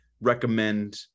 recommend